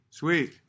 sweet